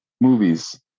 movies